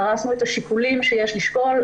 פרשנו את השיקולים שיש לשקול.